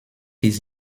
his